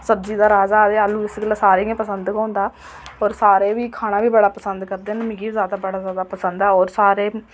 सब्जी दा राजा आखदे आलू इस गल्ला सारे गी पसंद औंदा पर सारे बी खाने गी बडा पसंद करदे न मिगी जैदा बडा जैदा पसंद ऐ और सारे